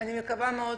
אני מקווה מאוד